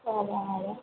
సరే మ్యాడమ్